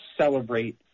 celebrate